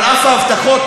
על אף ההבטחות.